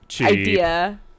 idea